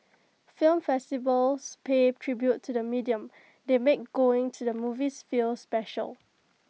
film festivals pay tribute to the medium they make going to the movies feel special